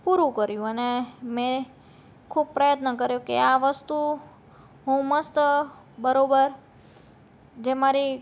પૂરું કર્યું અને મેં ખૂબ પ્રયત્ન કર્યો કે આ વસ્તુ હું મસ્ત બરોબર જે મારી